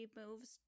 moves